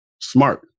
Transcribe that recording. smart